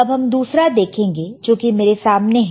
अब हम दूसरा देखेंगे जो कि मेरे सामने हैं